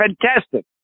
fantastic